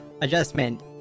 Adjustment